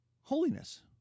holiness